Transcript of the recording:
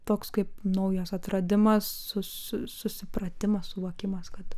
toks kaip naujas atradimas su su susipratimas suvokimas kad